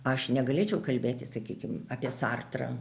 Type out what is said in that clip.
aš negalėčiau kalbėti sakykime apie sartrą